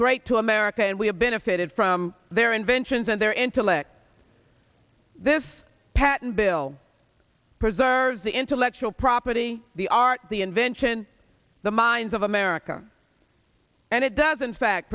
great to america and we have been a faded from their inventions and their intellect this patent bill preserves the intellectual property the art the invention the minds of america and it doesn't fact